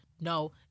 no